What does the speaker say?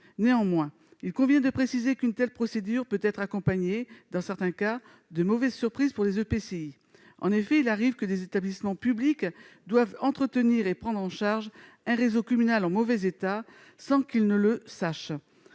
Néanmoins, il convient de préciser qu'une telle procédure peut s'accompagner, dans certains cas, de mauvaises surprises pour les EPCI. En effet, il arrive que des établissements publics soient amenés à prendre en charge un réseau communal dont ils ne connaissaient